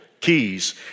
keys